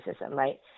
right